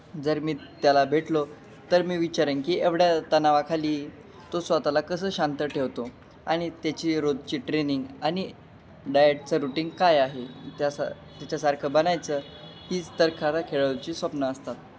जर मी त्याला भेटलो तर मी विचारेन की एवढ्या तणावाखाली तो स्वतःला कसं शांत ठेवतो आणि त्याची रोजची ट्रेनिंग आणि डाएटचं रुटीन काय आहे त्यासा त्याच्यासारखं बनायचं हीच तर खाऱ्या खेळाडूची स्वप्नं असतात